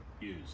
use